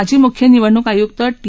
माजी मुख्य निवडणूक आयुक्त टी